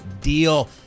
deal